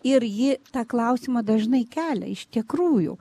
ir ji tą klausimą dažnai kelia iš tikrųjų